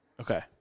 Okay